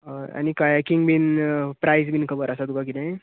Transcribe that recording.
आनी कायाकिंग बी प्रायज बी खबर आसा तुका कितें